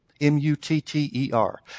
M-U-T-T-E-R